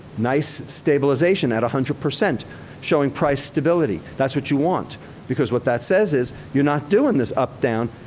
nice stabilization at a one hundred percent showing price stability. that's what you want because what that says is you're not doing this up down.